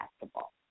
basketball